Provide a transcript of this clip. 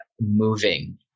moving